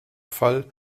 fall